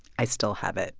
i still have it